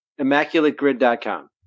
ImmaculateGrid.com